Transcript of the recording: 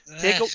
Take